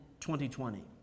2020